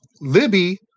Libby